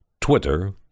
Twitter